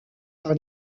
par